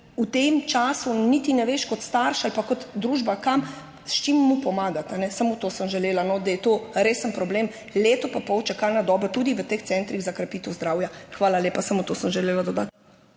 V tem času niti ne veš kot starš ali pa kot družba, s čim mu pomagati. Samo to sem želela, da je to resen problem, leto pa pol čakalna doba tudi v teh centrih za krepitev zdravja. Hvala lepa. Samo to sem želela dodati.